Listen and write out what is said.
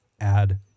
Add